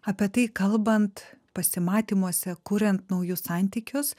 apie tai kalbant pasimatymuose kuriant naujus santykius